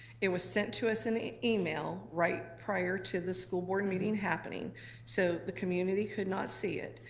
it was sent to us in an email right prior to the school board meeting happening so the community could not see it,